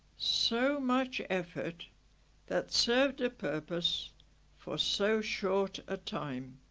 so much effort that served a purpose for so short a time